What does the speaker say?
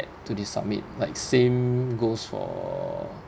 to the submit like same goes for